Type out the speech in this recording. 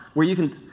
where you can,